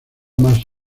más